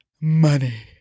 money